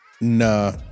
Nah